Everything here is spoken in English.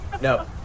no